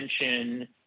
attention